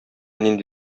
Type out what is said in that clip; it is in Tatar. нинди